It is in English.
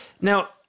Now